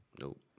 Nope